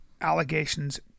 allegations